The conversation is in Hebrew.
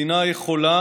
מדינה יכולה